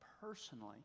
personally